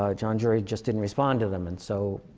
ah jon jury just didn't respond to them. and so,